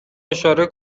اشاره